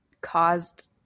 caused